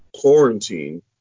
quarantine